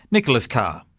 nicholas carr.